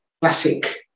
classic